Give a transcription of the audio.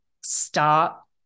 stop